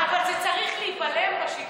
וגם אם אנשים סביבנו מעשנים, זה צריך להיבלם בש"ג.